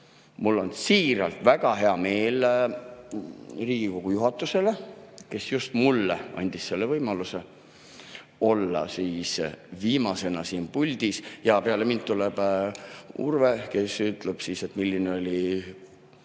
Mul on siiralt hea meel Riigikogu juhatuse üle, kes just mulle andis võimaluse olla viimasena siin puldis. Jaa, peale mind tuleb veel Urve, kes ütleb siis, milline oli